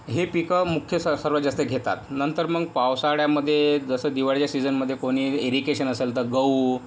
हे पिकं मुख्य स सर्वात जास्त घेतात नंतर मग पावसाळ्यामध्ये जसं दिवाळीच्या सिझनमध्ये कोणी एरिकेशन असेल तर गहू